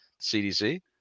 CDC